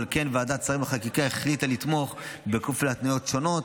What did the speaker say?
ועל כן ועדת שרים לחקיקה החליטה לתמוך בהצעה בכפוף להתניות שונות,